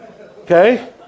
Okay